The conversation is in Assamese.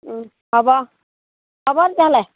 পাবা পাবা তেতিয়াহ'লে